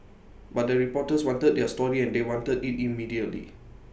but the reporters wanted their story and they wanted IT immediately